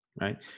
Right